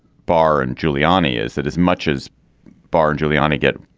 barr and giuliani is that as much as barr and giuliani get?